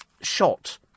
shot